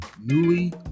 newly